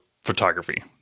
photography